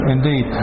Indeed